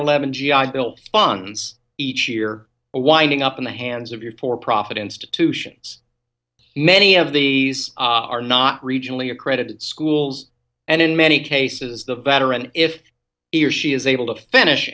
eleven g i bill funds each year winding up in the hands of your for profit institutions many of these are not regionally accredited schools and in many cases the veteran if he or she is able to finish